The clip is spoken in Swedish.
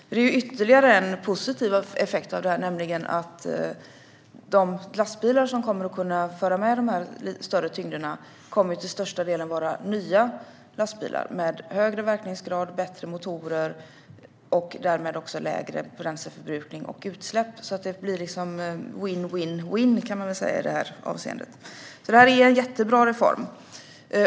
Det blir ytterligare en positiv effekt av detta, nämligen att de lastbilar som kommer att kunna medföra de större tyngderna till största delen kommer att vara nya lastbilar med högre verkningsgrad och bättre motorer och därmed också lägre bränsleförbrukning och utsläpp. Man kan säga att det blir win-win-win i det här avseendet. Detta är en jättebra reform.